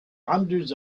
hundreds